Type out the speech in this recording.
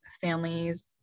families